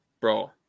bro